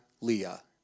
Leah